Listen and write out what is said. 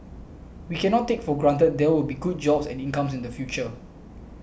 we cannot take for granted there will be good jobs and incomes in the future